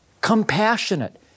compassionate